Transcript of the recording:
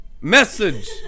Message